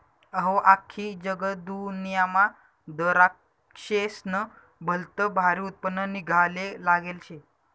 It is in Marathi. अहो, आख्खी जगदुन्यामा दराक्शेस्नं भलतं भारी उत्पन्न निंघाले लागेल शे